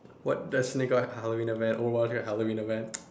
what does Halloween event around here Halloween event